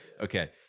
okay